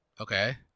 Okay